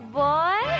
boy